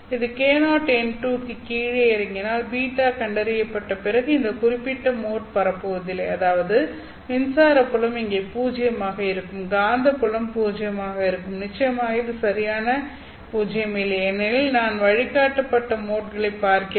அது k0n2 க்குக் கீழே இறங்கினால் β கண்டறியப்பட்ட பிறகு இந்த குறிப்பிட்ட மோட் பரப்புவதில்லை அதாவது மின்சார புலம் இங்கே பூஜ்ஜியமாக இருக்கும் காந்தப்புலம் பூஜ்ஜியமாக இருக்கும் நிச்சயமாக இது சரியாக பூஜ்ஜியம் இல்லை ஏனெனில் நான் வழிகாட்டப்பட்ட மோட்களை பார்க்கிறேன்